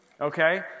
okay